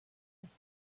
with